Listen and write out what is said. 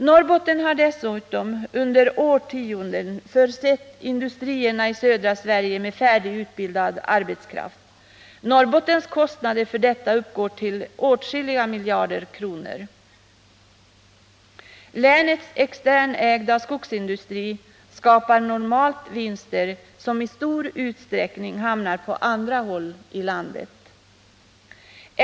Norrbotten har dessutom under årtionden försett industrierna i södra Sverige med färdigutbildad arbetskraft. Norrbottens kostnader för detta uppgår till åtskilliga miljarder kronor. Länets externägda skogsindustri skapar normalt vinster som i stor utsträckning hamnar på andra håll i landet.